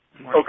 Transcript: Okay